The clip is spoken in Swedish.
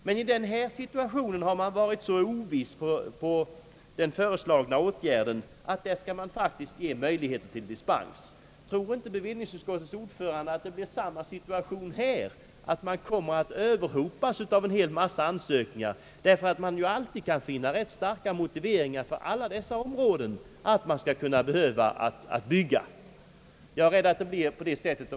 Men i denna situation har man varit så osäker när det gäller den föreslagna åtgärden, att man faktiskt vill ge möjligheter till dispens. Tror inte bevillningsutskottets ordförande att det kommer att bli samma situation i detta fall, nämligen att Kungl. Maj:t kommer att överhopas av ansökningar, ty det kan ju alltid finnas starka motiveringar på alla dessa områden för att det föreligger behov att bygga? Jag är rädd för att det blir på det sättet.